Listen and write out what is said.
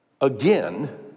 again